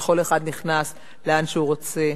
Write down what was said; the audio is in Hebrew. וכל אחד נכנס לאן שהוא רוצה.